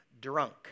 drunk